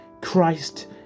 Christ